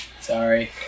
sorry